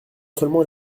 seulement